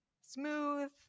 smooth